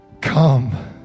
come